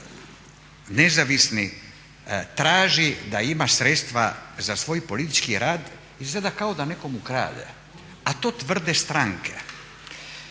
nezavisni traži da ima sredstva za svoj politički rad, izgleda kao da nekomu krade a to tvrde stranke.